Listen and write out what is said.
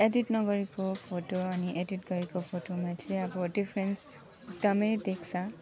edit नगरेको photo अनि edit गरेको फोटोमा चाहिँ अब डिफ्रेन्स एकदमै देख्छ